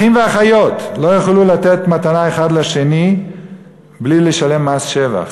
אחים ואחיות לא יוכלו לתת מתנה אחד לשני בלי לשלם מס שבח,